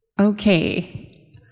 Okay